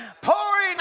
Pouring